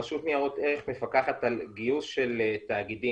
רשות ניירות ערך מפקחת על גיוס של תאגידים,